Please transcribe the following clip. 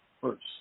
first